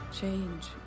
Change